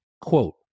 Quote